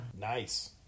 Nice